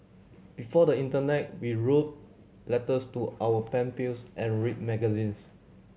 before the internet we wrote letters to our pen pales and read magazines